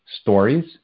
stories